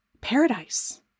paradise